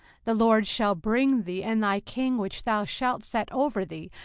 the lord shall bring thee, and thy king which thou shalt set over thee,